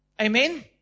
Amen